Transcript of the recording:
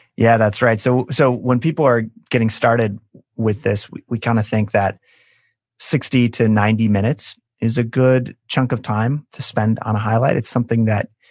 yeah, that's right. so so when people are getting started with this, we kind of think that sixty to ninety minutes is a good chunk of time to spend on a highlight. it's something that